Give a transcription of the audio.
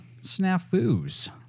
snafus